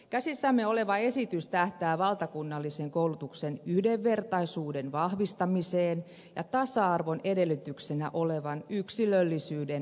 käsissämme oleva esitys tähtää valtakunnallisen koulutuksen yhdenvertaisuuden vahvistamiseen ja tasa arvon edellytyksenä olevan yksilöllisyyden tunnustamiseen